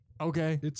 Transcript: Okay